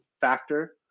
factor